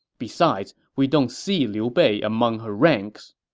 besides, we don't see liu bei among her ranks.